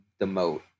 demote